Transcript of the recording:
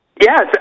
Yes